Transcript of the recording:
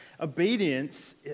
Obedience